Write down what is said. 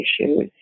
issues